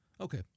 Okay